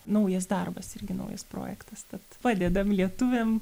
naujas darbas irgi naujas projektas tad padedam lietuviam